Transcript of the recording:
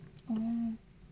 oo